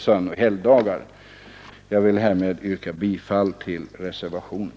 Med det anförda ber jag att få yrka bifall till reservationen.